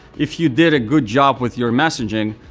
if you did a good job with your messaging,